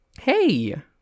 Hey